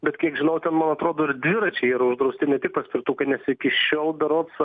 bet kiek žinau ten man atrodo ir dviračiai yra uždrausti ne tik paspirtukai nes iki šiol berods